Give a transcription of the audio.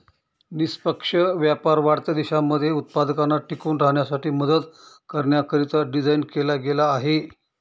निष्पक्ष व्यापार वाढत्या देशांमध्ये उत्पादकांना टिकून राहण्यासाठी मदत करण्याकरिता डिझाईन केला गेला आहे